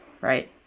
right